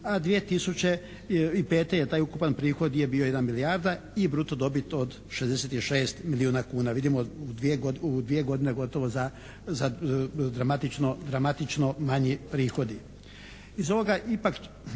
a 2005. je taj ukupan prihod je bio 1 milijarda i bruto dobit od 66 milijun kuna. Vidimo u dvije godine gotovo za dramatično manji prihodi. Iz ovoga ipak